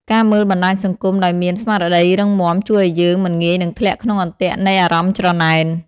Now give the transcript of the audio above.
ការមើលបណ្តាញសង្គមដោយមាន "ស្មារតីរឹងមាំ" ជួយឱ្យយើងមិនងាយនឹងធ្លាក់ក្នុងអន្ទាក់នៃអារម្មណ៍ច្រណែន។